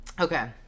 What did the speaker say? Okay